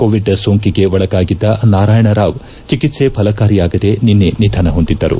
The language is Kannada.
ಕೋವಿಡ್ ಸೋಂಕಿಗೆ ಒಳಗಾಗಿದ್ದ ನಾರಾಯಣ್ರಾವ್ ಚಿಕ್ಲೆ ಫಲಕಾರಿಯಾಗದೆ ನಿನ್ನೆ ನಿಧನ ಹೊಂದಿದರು